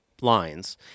lines